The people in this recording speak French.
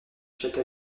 chaque